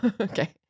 Okay